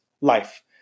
life